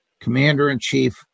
commander-in-chief